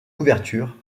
couverture